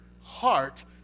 heart